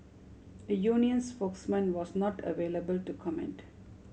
a union spokesman was not available to comment